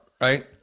right